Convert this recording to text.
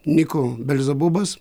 niko belzebubas